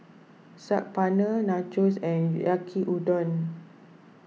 Saag Paneer Nachos and Yaki Udon